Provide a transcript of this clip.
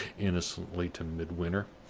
innocently, to midwinter,